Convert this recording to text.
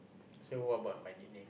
so what about my nickname